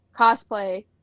cosplay